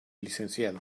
lic